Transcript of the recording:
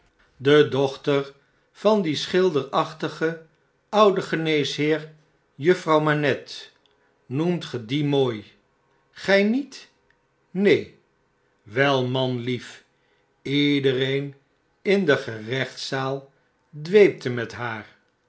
de dochter van dien schilderachtigen ouden geneesheer juffrouw manettel noemt ge die mooi gj niet neen wel manlief iedereen in de gerechtszaal dweepte met haar